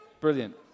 brilliant